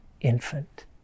infant